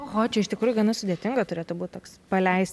oho čia iš tikrųjų gana sudėtinga turėtų būt toks paleist